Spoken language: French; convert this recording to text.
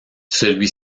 celui